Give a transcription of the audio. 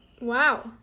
Wow